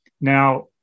Now